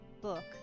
book